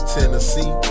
Tennessee